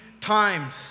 times